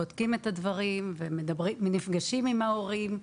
בודקים את הדברים ונפגשים עם ההורים.